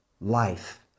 life